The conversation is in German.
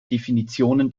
definitionen